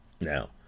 Now